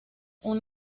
poseen